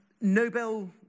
Nobel